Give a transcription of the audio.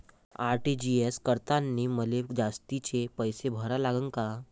RTGS करतांनी मले जास्तीचे पैसे भरा लागन का?